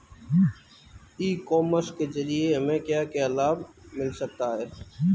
ई commerce के ज़रिए हमें क्या क्या लाभ मिल सकता है?